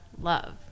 love